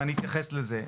ואני אתייחס לזה.